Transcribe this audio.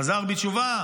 חזר בתשובה,